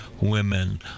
women